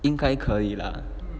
应该可以 lah